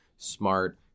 smart